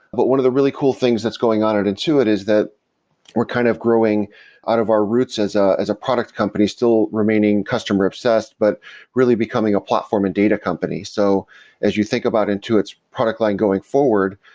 but one of the really cool things that's going on at intuit is that we're kind of growing out of our roots as a product company. product company. still remaining customer obsessed, but really becoming a platform and data company so as you think about intuit's product line going forward,